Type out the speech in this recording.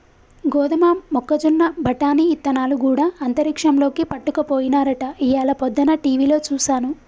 గోదమ మొక్కజొన్న బఠానీ ఇత్తనాలు గూడా అంతరిక్షంలోకి పట్టుకపోయినారట ఇయ్యాల పొద్దన టీవిలో సూసాను